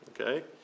Okay